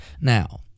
now